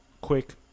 quick